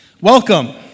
welcome